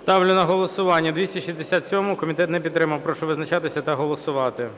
Ставлю на голосування 267-у. Комітет не підтримав. Прошу визначатися та голосувати.